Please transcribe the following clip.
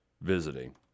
visiting